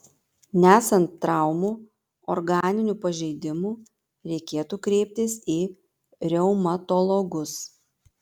nesant traumų organinių pažeidimų reikėtų kreiptis į reumatologus